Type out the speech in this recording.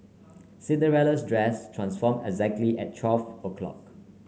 Cinderella's dress transform exactly at twelve o' clock